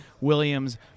williams